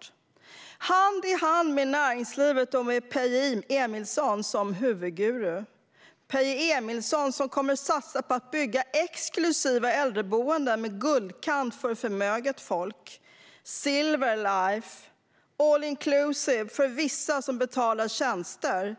Det sker hand i hand med näringslivet och med Peje Emilsson som huvudguru, den Peje Emilsson som kommer att satsa på att bygga exklusiva äldreboenden med guldkant för förmöget folk - Silver Life med all inclusive för vissa som betalar tjänster.